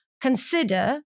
consider